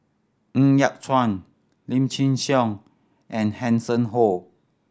Ng Yat Chuan Lim Chin Siong and Hanson Ho